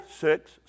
six